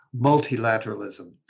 multilateralism